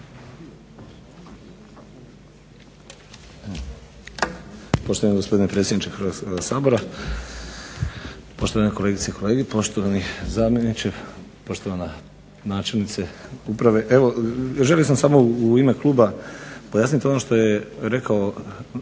Poštovani gospodine predsjedniče Hrvatskoga sabora, poštovane kolegice i kolege, poštovani zamjeniče, poštovana načelnice uprave. Želio sam samo u ime kluba pojasniti ono što je rekao